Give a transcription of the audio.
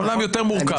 העולם יותר מורכב.